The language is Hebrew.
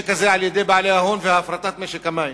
המשק הזה על-ידי בעלי ההון והפרטת משק המים.